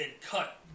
cut